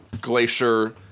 glacier